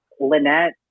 Lynette